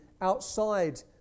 outside